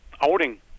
outing